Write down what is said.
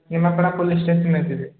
Nimapada police ଷ୍ଟେସନରେ ଥିବେ